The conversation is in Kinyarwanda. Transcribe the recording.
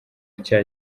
nshya